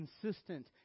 consistent